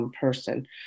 person